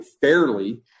fairly